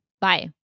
bye